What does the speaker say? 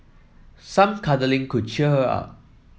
some cuddling could cheer her up